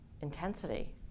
intensity